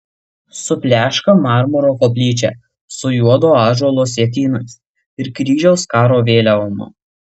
supleška marmuro koplyčia su juodo ąžuolo sietynais ir kryžiaus karo vėliavom